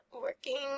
working